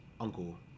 uncle